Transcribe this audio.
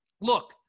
Look